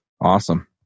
Awesome